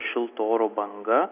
šilto oro banga